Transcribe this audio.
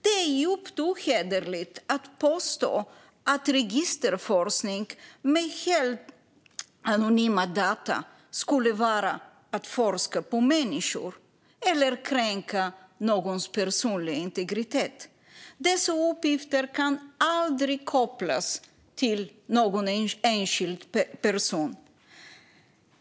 Det är djupt ohederligt att påstå att registerforskning med helt anonyma data skulle vara att forska på människor eller kränka någons personliga integritet. Dessa uppgifter kan aldrig kopplas till någon enskild person.